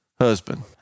husband